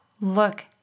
look